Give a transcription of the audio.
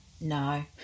No